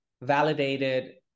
validated